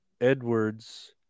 Edwards